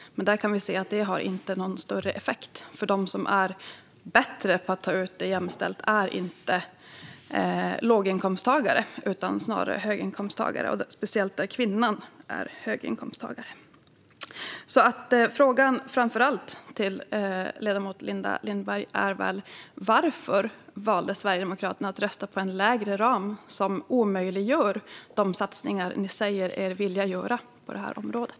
Men vi kan se att detta inte har någon större effekt. De som är bättre på att ta ut föräldraförsäkringen jämställt är nämligen inte låginkomsttagare utan snarare höginkomsttagare, och detta gäller speciellt där kvinnan är höginkomsttagare. Frågan framför allt till ledamoten Linda Lindberg är: Varför valde Sverigedemokraterna att rösta på en lägre ram som omöjliggör de satsningar ni säger er vilja göra på det här området?